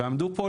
ועמדו פה,